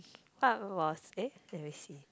I'm lost eh there you see